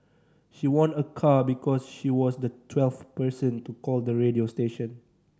she won a car because she was the twelfth person to call the radio station